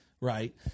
Right